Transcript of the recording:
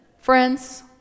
friends